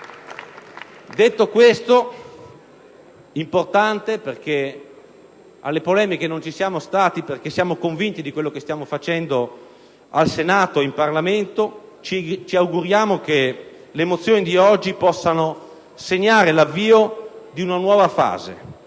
Detto questo, che è importante perché alle polemiche non ci siamo stati in quanto siamo convinti di quello che stiamo facendo al Senato e in Parlamento, ci auguriamo che le mozioni di oggi possano segnare l'avvio di una nuova fase,